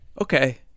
okay